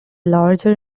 larger